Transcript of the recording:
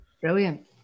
brilliant